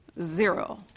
Zero